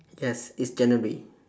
yes it's january